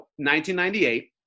1998